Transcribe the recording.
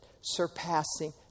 surpassing